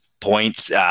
points